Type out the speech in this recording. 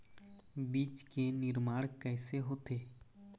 बीज के निर्माण कैसे होथे?